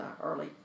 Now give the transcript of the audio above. early